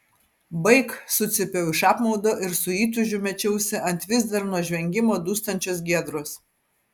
baik sucypiau iš apmaudo ir su įtūžiu mečiausi ant vis dar nuo žvengimo dūstančios giedros